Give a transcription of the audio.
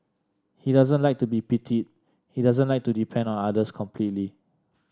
he doesn't like to be pitied he doesn't like to depend on others completely